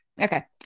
okay